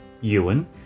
Ewan